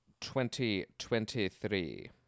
2023